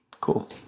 Cool